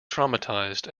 traumatized